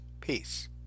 peace